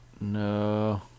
No